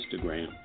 Instagram